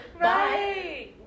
Right